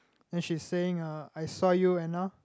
and she's saying uh I saw you Anna